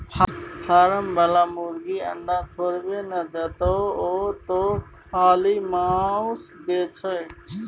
form बला मुरगी अंडा थोड़बै न देतोउ ओ तँ खाली माउस दै छै